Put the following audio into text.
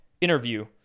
interview